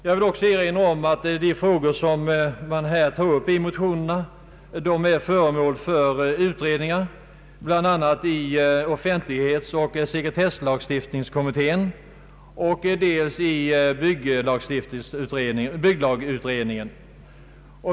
Jag vill erinra om att de frågor man tar upp i motionerna är föremål för utredningar, dels i offentlighetsoch sekretesslagstiftningskommittén, dels i bygglagutredningen.